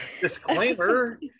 Disclaimer